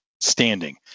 standing